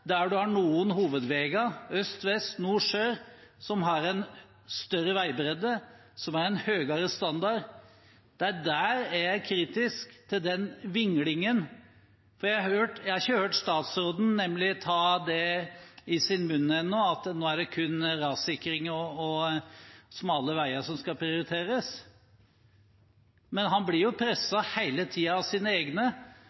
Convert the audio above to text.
der man har noen hovedveier, øst–vest, nord–sør, som har en større veibredde og en høyere standard. Det er der jeg er kritisk til vinglingen. Jeg har nemlig ennå ikke hørt statsråden ta det i sin munn at det nå er kun rassikring og smale veier som skal prioriteres, men han blir jo